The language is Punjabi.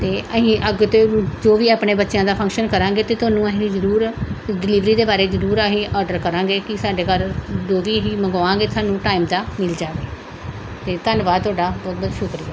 ਅਤੇ ਅਸੀਂ ਅੱਗੇ ਤੋਂ ਵੀ ਜੋ ਵੀ ਆਪਣੇ ਬੱਚਿਆਂ ਦਾ ਫੰਕਸ਼ਨ ਕਰਾਂਗੇ ਅਤੇ ਤੁਹਾਨੂੰ ਅਸੀਂ ਜ਼ਰੂਰ ਡਿਲੀਵਰੀ ਦੇ ਬਾਰੇ ਜ਼ਰੂਰ ਅਸੀਂ ਆਰਡਰ ਕਰਾਂਗੇ ਕਿ ਸਾਡੇ ਘਰ ਜੋ ਵੀ ਅਸੀਂ ਮੰਗਵਾਵਾਂਗੇ ਸਾਨੂੰ ਟਾਈਮ 'ਤੇ ਮਿਲ ਜਾਵੇ ਅਤੇ ਧੰਨਵਾਦ ਤੁਹਾਡਾ ਬਹੁਤ ਬਹੁਤ ਸ਼ੁਕਰੀਆ